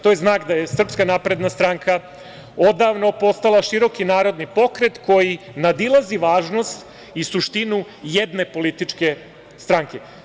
To je znak da je SNS odavno postala široki narodni pokret koji nadilazi važnost i suštinu jedne političke stranke.